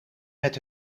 met